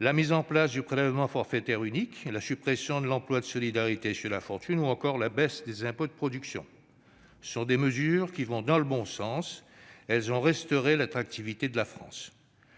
la mise en place du prélèvement forfaitaire unique, la suppression de l'impôt de solidarité sur la fortune ou encore la baisse des impôts de production sont des mesures qui vont dans le bon sens. Elles ont restauré l'attractivité de la France.